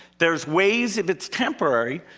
there's ways, if it's temporary,